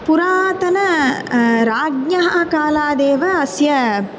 पुरातनाः राज्ञः कालादेव अस्य